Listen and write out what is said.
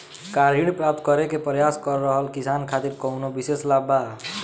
का ऋण प्राप्त करे के प्रयास कर रहल किसान खातिर कउनो विशेष लाभ बा?